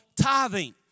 tithing